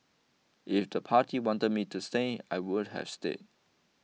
if the party wanted me to stay I would have stayed